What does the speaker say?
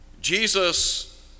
Jesus